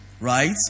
right